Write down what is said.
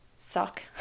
suck